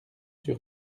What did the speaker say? sur